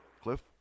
cliff